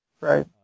Right